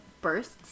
bursts